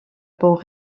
pour